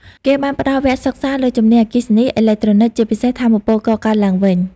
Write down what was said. គេបានផ្តល់វគ្គសិក្សាលើជំនាញអគ្គិសនី អេឡិចត្រូនិក ជាពិសេស ថាមពលកកើតឡើងវិញ។